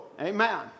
Amen